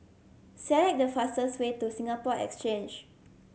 select the fastest way to Singapore Exchange